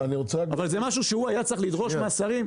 אבל זה משהו שהוא היה צריך לדרוש מהשרים.